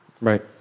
Right